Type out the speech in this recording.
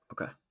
Okay